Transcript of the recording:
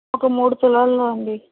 ఒక మూడు తులాల్లో అండీ